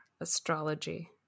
astrology